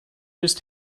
just